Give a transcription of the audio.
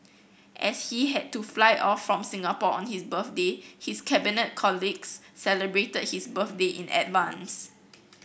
as he had to fly off from Singapore on his birthday his cabinet colleagues celebrated his birthday in advance